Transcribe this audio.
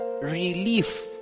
Relief